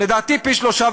לדעתי הוא גדול פי 3.5,